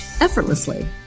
effortlessly